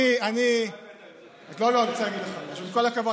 אני רוצה להגיד לך משהו: עם כל הכבוד,